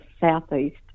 south-east